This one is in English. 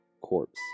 corpse